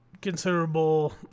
Considerable